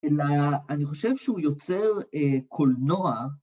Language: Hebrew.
אלא אני חושב שהוא יוצר קולנוע.